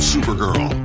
Supergirl